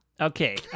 Okay